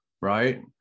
right